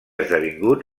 esdevingut